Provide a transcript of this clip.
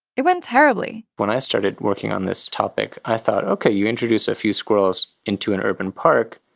it went terribly when i started working on this topic, i thought okay, you introduce a few squirrels into an urban park,